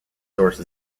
source